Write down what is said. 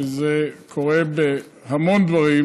וזה קורה בהמון דברים,